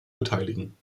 beteiligen